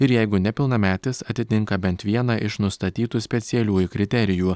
ir jeigu nepilnametis atitinka bent vieną iš nustatytų specialiųjų kriterijų